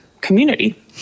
community